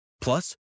Plus